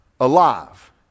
alive